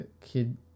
Kid